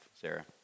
Sarah